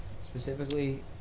Specifically